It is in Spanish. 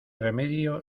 remedio